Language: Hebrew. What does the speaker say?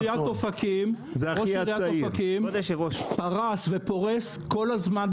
ראש עירית אופקים פרס ופורס כל הזמן,